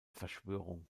verschwörung